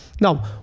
Now